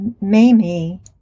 Mamie